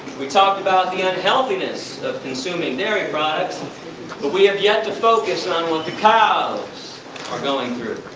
we talked about the unhealthiness of consuming dairy products, but we have yet to focus on what the cows are going through.